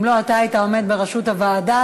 אם לא אתה היית עומד בראשות הוועדה,